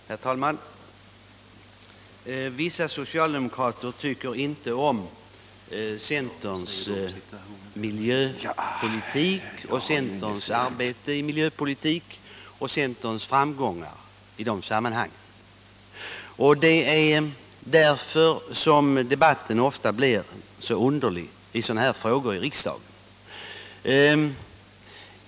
Herr talman! Vissa socialdemokrater tycker inte om centerns miljöpolitik, centerns arbete inom miljöpolitiken och centerns framgångar i de sammanhangen. Det är därför debatten i riksdagen ofta blir underlig i sådana här frågor.